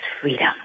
freedom